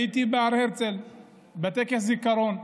הייתי בהר הרצל בטקס הזיכרון,